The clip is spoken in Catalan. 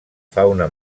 fauna